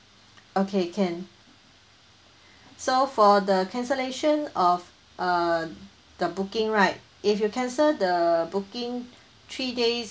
okay can so for the cancellation of uh the booking right if you cancel the booking three days